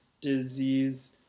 disease